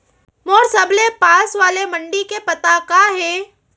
मोर सबले पास वाले मण्डी के पता का हे?